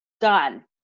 done